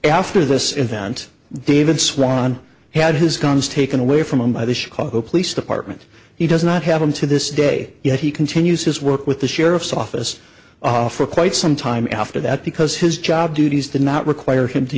after this event david swan had his guns taken away from him by the chicago police department he does not have them to this day yet he continues his work with the sheriff's office for quite some time after that because his job duties did not require